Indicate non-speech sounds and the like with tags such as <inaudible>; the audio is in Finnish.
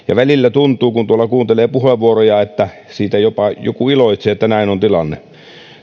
<unintelligible> ja välillä tuntuu kun tuolla kuuntelee puheenvuoroja että siitä jopa joku iloitsee että näin on tilanne